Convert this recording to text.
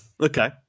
Okay